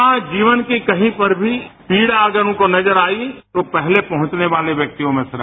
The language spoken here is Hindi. समाज जीवन की कहीं पर भी पीड़ा अगर उनको नजर आई तो पहले पहंचनेवाले व्यक्तियों में से रहे